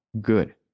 good